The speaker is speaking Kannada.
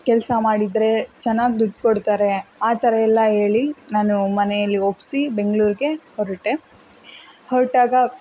ಕೆಲಸ ಮಾಡಿದರೆ ಚೆನ್ನಾಗಿ ದುಡ್ಡು ಕೊಡ್ತಾರೆ ಆ ಥರ ಎಲ್ಲ ಹೇಳಿ ನಾನು ಮನೇಲಿ ಒಪ್ಪಿಸಿ ಬೆಂಗ್ಳೂರಿಗೆ ಹೊರಟೆ ಹೊರಟಾಗ